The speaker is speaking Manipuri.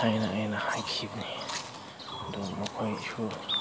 ꯍꯥꯏꯅ ꯑꯩꯅ ꯍꯥꯏꯈꯤꯕꯅꯤ ꯑꯗꯨ ꯃꯈꯣꯏꯁꯨ